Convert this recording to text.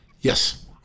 Yes